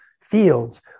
fields